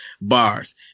bars